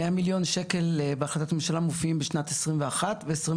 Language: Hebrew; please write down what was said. מאה מיליון שקל בהחלטת ממשלה מופיעים בשנת 2021 ו-2022.